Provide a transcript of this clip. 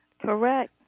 Correct